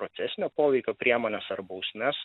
procesinio poveikio priemones ar bausmes